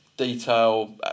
detail